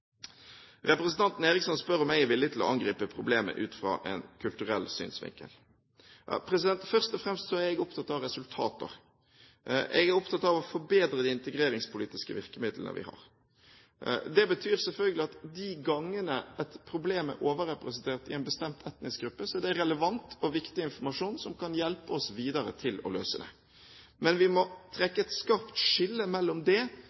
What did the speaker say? Representanten Eriksson spør om jeg er villig til å angripe problemet ut fra en kulturell synsvinkel. Først og fremst er jeg opptatt av resultater. Jeg er opptatt av å forbedre de integreringspolitiske virkemidlene vi har. Det betyr selvfølgelig at de gangene et problem er overrepresentert i en bestemt etnisk gruppe, så er det relevant og viktig informasjon, som kan hjelpe oss videre til å løse det. Men vi må trekke et skarpt skille mellom dét og det